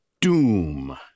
doom